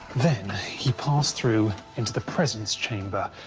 then he passed through into the presence chamber,